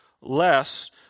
lest